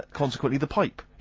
consequently the pipe.